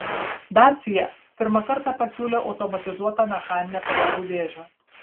dacia pirmą kartą pasiūlė automatizuotą mechaninę pavarų dėžę